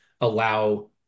allow